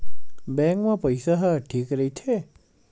Bank मा पईसा ह ठीक राइथे?